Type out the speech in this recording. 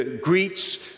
greets